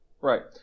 Right